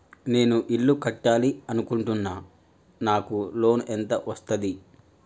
నేను ఇల్లు కట్టాలి అనుకుంటున్నా? నాకు లోన్ ఎంత వస్తది?